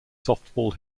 softball